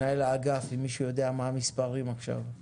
מנהל האגף, אם מישהו יודע מה המספרים עכשיו.